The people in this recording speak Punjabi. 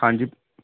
ਹਾਂਜੀ